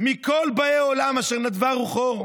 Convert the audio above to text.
מכל באי העולם אשר נדבה רוחו אותו